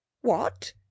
What